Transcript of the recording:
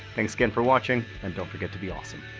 thanks again for watching and don't forget to be awesome!